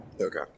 Okay